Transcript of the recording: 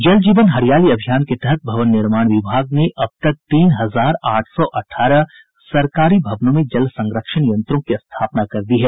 जल जीवन हरियाली अभियान के तहत भवन निर्माण विभाग ने अब तक तीन हजार आठ सौ अठारह सरकारी भवनों में जल संरक्षण यंत्रों की स्थापना कर दी है